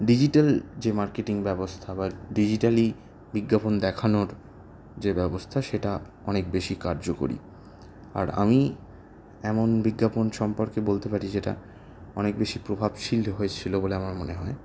digital যে marketing ব্যবস্থা বা ডিজিটালি বিজ্ঞাপন দেখানোর যে ব্যবস্থা সেটা অনেক বেশি কার্যকরী আর আমি এমন বিজ্ঞাপন সম্পর্কে বলতে পারি যেটা অনেক বেশি প্রভাবশীল হয়েছিলো বলে আমার মনে হয়